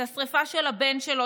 את השרפה של הבן שלו,